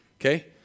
Okay